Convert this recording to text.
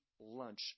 lunch